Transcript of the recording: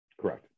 Correct